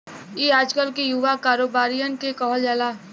ई आजकल के युवा कारोबारिअन के कहल जाला